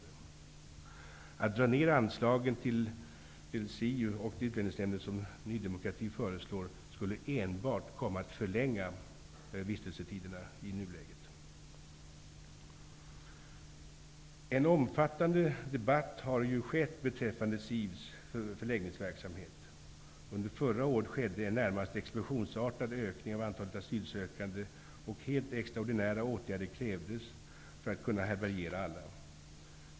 Att som Ny demokrati föreslår dra ner på anslagen till SIV och Utlänningsnämnden skulle i nuläget enbart förlänga vistelsetiderna. En omfattande debatt har förts beträffande SIV:s förläggningsverksamhet. Under förra året skedde en närmast explosionsartad ökning av antalet asylsökande, och helt extraordinära åtgärder krävdes för att kunna härbärgera alla.